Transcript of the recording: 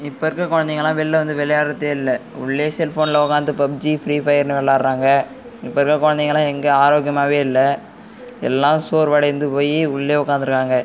இப்போ இருக்க குழந்தைங்களா வெளில வந்து விளையாட்றதே இல்லை உள்ளே செல்ஃபோன்ல உட்காந்து பப்ஜி ஃபிரீஃபயர்ன்னு விள்ளாடுறாங்க இப்போ இருக்க குழந்தைங்களாம் எங்கே ஆரோக்கியமாகவே இல்லை எல்லாம் சோர்வடைந்து போய் உள்ளே உட்காந்துருக்காங்க ம்